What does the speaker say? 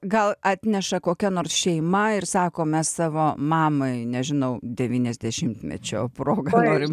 gal atneša kokia nors šeima ir sako mes savo mamai nežinau devyniasdešimtmečio proga norim